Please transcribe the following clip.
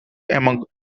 among